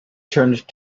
turned